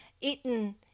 eaten